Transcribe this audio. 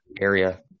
area